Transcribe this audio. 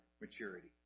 maturity